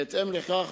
בהתאם לכך,